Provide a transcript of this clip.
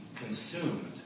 consumed